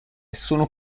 sono